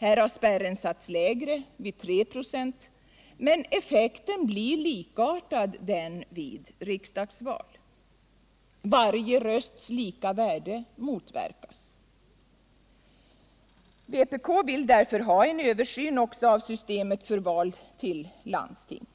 Här har spärren satts lägre — vid 3 96 — men effekten blir likartad den vid riksdagsval. Varje rösts lika värde motverkas. Vpk vill därför ha en översyn också av systemet för val till landsting.